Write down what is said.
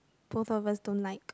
both of us don't like